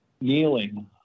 kneeling